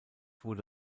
wurde